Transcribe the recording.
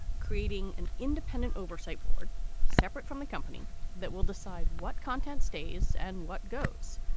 creating an independent oversight board separate from the company that will decide what content stays and what goes.